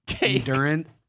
endurance